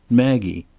maggie.